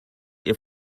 ihr